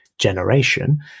generation